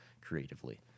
creatively